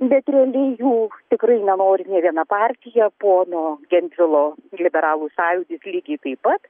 bet realiai jų tikrai nenori nė viena partija pono gentvilo liberalų sąjūdis lygiai taip pat